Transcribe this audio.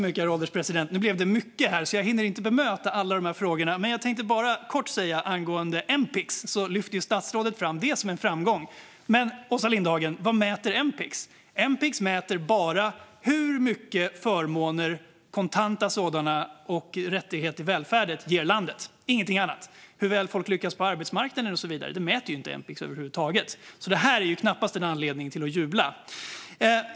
Herr ålderspresident! Nu blev det mycket här, så jag kommer inte att hinna bemöta alla frågor. Jag tänkte dock kort säga något angående Mipex. Statsrådet lyfter fram det som en framgång, men vad mäter Mipex, Åsa Lindhagen? Mipex mäter bara hur mycket förmåner - kontanta sådana, och rätt till välfärden - som landet ger. Det mäter ingenting annat. Hur väl folk lyckas på arbetsmarknaden och så vidare mäter Mipex över huvud taget inte, så detta är knappast en anledning att jubla.